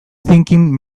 thinking